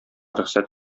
рөхсәт